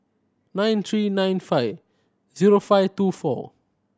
nine three nine five zero five two four